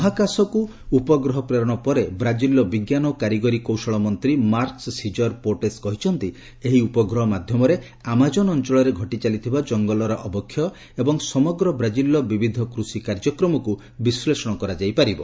ମହାକାଶକୁ ପ୍ରେରଣ ପରେ ବ୍ରାଜିଲର ବିଜ୍ଞାନ ଓ କାରିଗରୀ କୌଶଳ ମନ୍ତ୍ରୀ ମାର୍କସ ସିଜର ପୋଟେସ୍ କହିଛନ୍ତି ଏହି ଉପଗ୍ରହ ମାଧ୍ୟମରେ ଆମାଜନ ଅଞ୍ଚଳରେ ଘଟିଚାଲିଥିବା ଜଙ୍ଗଲର ଅବକ୍ଷୟ ଏବଂ ସମଗ୍ର ବ୍ରାଜିଲ୍ର ବିବିଧ କୃଷି କାର୍ଯ୍ୟକ୍ରମକୁ ବିଶ୍ଳେଷଣ କରାଯାଇ ପାରିବ